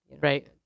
Right